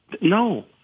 no